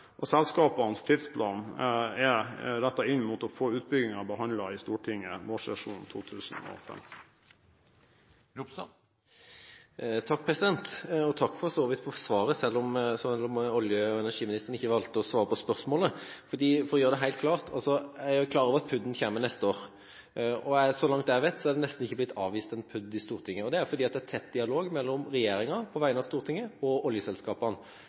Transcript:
og selskapenes tidsplan er rettet inn mot å få utbyggingen behandlet i Stortinget vårsesjonen 2015. Takk for svaret, selv om olje- og energiministeren valgte å ikke svare på spørsmålet. For å gjøre det helt klart: Jeg er klar over at PUD-en kommer neste år. Så vidt jeg vet, er det nesten ikke blitt avvist én PUD i Stortinget. Det er fordi det er tett dialog mellom regjeringa på vegne av Stortinget og oljeselskapene.